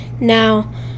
Now